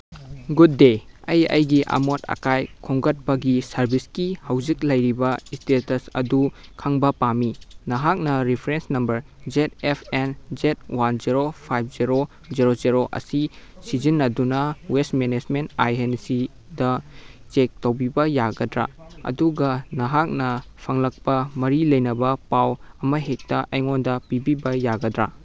good day ꯑꯩ ꯑꯩꯒꯤ ꯑꯃꯣꯠ ꯑꯀꯥꯏ ꯈꯣꯝꯒꯠꯄꯒꯤ ꯁꯔꯚꯤꯁꯀꯤ ꯍꯧꯖꯤꯛ ꯂꯩꯔꯤꯕ ꯏꯁꯇꯦꯇꯁ ꯑꯗꯨ ꯈꯪꯕ ꯄꯥꯝꯃꯤ ꯅꯍꯥꯛꯅ reference number Z F N Z one zero five zero zero zero ꯑꯁꯤ ꯁꯤꯖꯤꯟꯅꯗꯨꯅ ꯋꯦꯁ ꯃꯦꯅꯦꯁꯃꯦꯟ ꯑꯥꯏ ꯑꯦꯟꯁꯤꯗ ꯆꯦꯛ ꯇꯧꯕꯤꯕ ꯌꯥꯒꯗ꯭ꯔꯥ ꯑꯗꯨꯒ ꯅꯍꯥꯛꯅ ꯐꯪꯂꯛꯄ ꯃꯔꯤ ꯂꯩꯅꯕ ꯄꯥꯎ ꯑꯃꯍꯦꯛꯇ ꯑꯩꯉꯣꯟꯗ ꯄꯤꯕꯤꯕ ꯌꯥꯒꯗ꯭ꯔꯥ